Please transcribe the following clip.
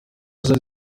zari